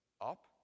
up